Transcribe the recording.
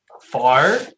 far